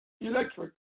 electric